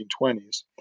1920s